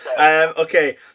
Okay